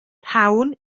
rhawn